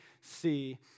see